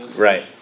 Right